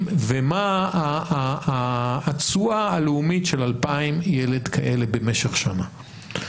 ומה התשואה הלאומית של 2,000 ילד כאלה במשך שנה.